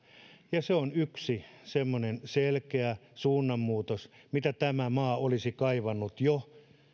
se on yksi semmoinen selkeä suunnanmuutos mitä tämä maa olisi kaivannut jo